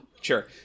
sure